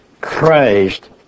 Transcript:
Christ